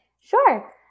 Sure